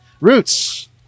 Roots